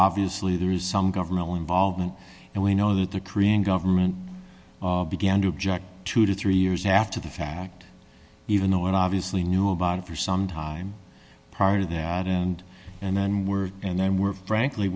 obviously there is some governmental involvement and we know that the korean government began to object two to three years after the fact even though it obviously knew about it for some time prior to that and and were and then were frankly